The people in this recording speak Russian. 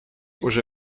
уже